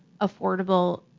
affordable